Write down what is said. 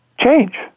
change